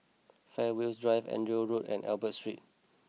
Fairways Drive Andrew Road and Albert Street